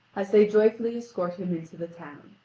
as they joyfully escort him into the town.